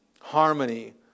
harmony